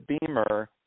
Beamer